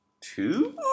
two